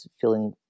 feeling